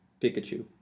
Pikachu